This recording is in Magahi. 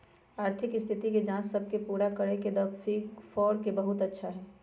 आर्थिक स्थिति के जांच सब के पूरा करे में द बिग फोर के बहुत अच्छा हई